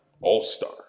All-star